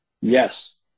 Yes